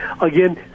Again